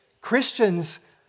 Christians